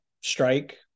strike